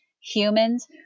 humans